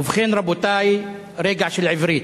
ובכן, רבותי, רגע של עברית: